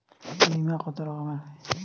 বিমা কত রকমের হয়?